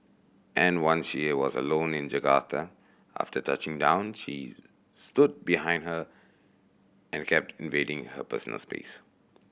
and once she was alone in Jakarta after touching down she stood behind her and kept invading her personal space